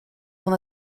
van